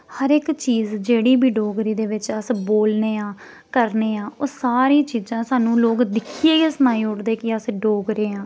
हर इक चीज जेह्ड़ी बी डोगरी दे बिच्च अस बोलने आं करने आं ओह् सारी चीजां सानूं लोग दिक्खियै गै सनाई ओड़दे कि अस डोगरे आं